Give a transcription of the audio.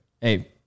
hey